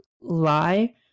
lie